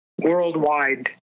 worldwide